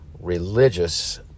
Religious